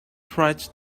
tried